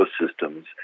ecosystems